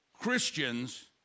Christians